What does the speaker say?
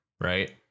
right